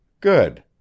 Good